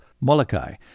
Molokai